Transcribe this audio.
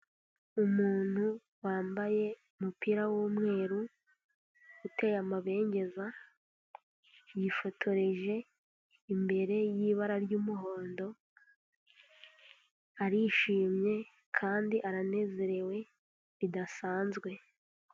Umuntu wambaye umupira w'umweru, uteye amabengeza, yifotoreje imbere y'ibara ry'umuhondo, arishimye, kandi aranezerewe bidasanzwe.